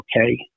okay